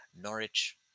Norwich